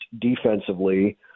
defensively